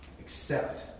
accept